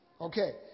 Okay